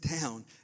down